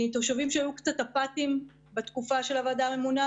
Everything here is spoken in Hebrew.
מתושבים שהיו קצת אפתיים בתקופה של הוועדה הממונה,